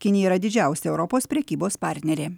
kinija yra didžiausia europos prekybos partnerė